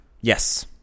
Yes